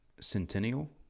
centennial